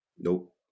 Nope